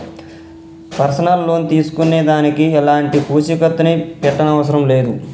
personal loan తీసుకునే దానికి ఎలాంటి పూచీకత్తుని పెట్టనవసరం లేదు